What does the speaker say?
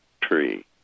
tree